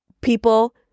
people